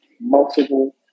multiple